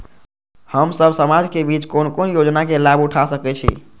हम सब समाज के बीच कोन कोन योजना के लाभ उठा सके छी?